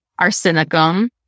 arsenicum